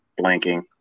blanking